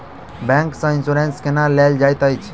bank सँ insurance केना लेल जाइत अछि